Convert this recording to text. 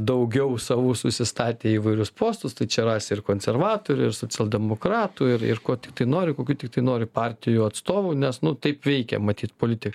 daugiau savų susistatė įvairius postus tai čia rasi ir konservatorius socialdemokratų ir ir ko tiktai nori kokių tiktai nori partijų atstovų nes nu taip veikia matyt politikai